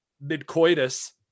mid-coitus